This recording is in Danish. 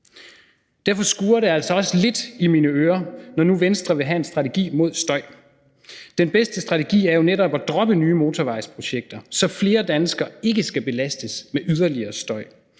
Derfor skurrer det altså også lidt i mine ører, når nu Venstre vil have en strategi mod støj. Den bedste strategi er jo netop at droppe nye motorvejsprojekter, så flere danskere ikke skal belastes med yderligere støj.